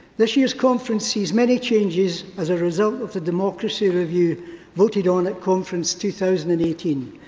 this year's conference sees many changes as a result of the democracy review voted on at conference two thousand and eighteen.